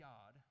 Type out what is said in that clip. God